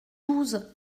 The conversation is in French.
douze